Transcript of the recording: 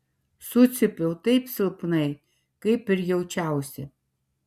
sucypiau taip silpnai kaip ir jaučiausi